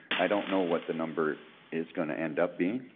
i don't know what the number is going to end up being.